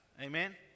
amen